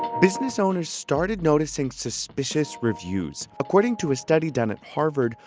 business owners started noticing suspicious reviews according to a study done at harvard,